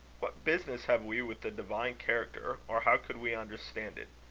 what business have we with the divine character? or how could we understand it?